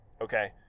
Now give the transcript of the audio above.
okay